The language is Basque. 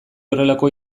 horrelako